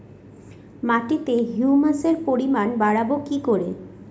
মাটিতে হিউমাসের পরিমাণ বারবো কি করে?